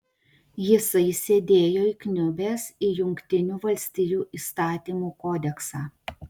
jisai sėdėjo įkniubęs į jungtinių valstijų įstatymų kodeksą